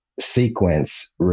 sequence